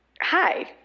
Hi